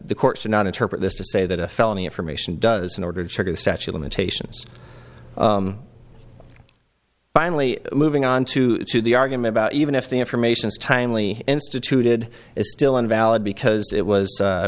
the courts do not interpret this to say that a felony information does in order to charge a statue of limitations finally moving on to the argument about even if the information is timely instituted is still invalid because it was